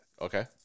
Okay